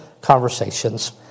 conversations